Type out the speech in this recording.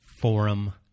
forum